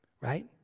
Right